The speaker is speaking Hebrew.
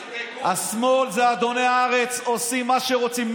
השמאל זה אדוני הארץ, עושים מה שרוצים.